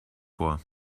vor